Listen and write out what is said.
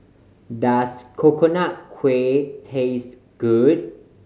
does Coconut Kuih taste good